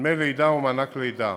דמי לידה ומענק לידה,